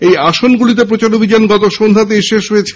এই আসনগুলিতে প্রচারাভিযান গত সন্ধ্যাতেই শেষ হয়েছে